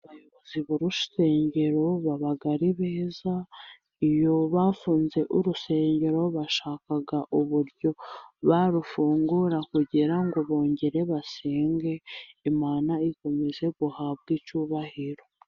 Abayobozi b'urusengero baba ari beza ,iyo bafunze urusengero bashaka uburyo barufungura ,kugira ngo bongere basenge Imana ikomeze guhabwa icyubahiro